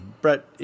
Brett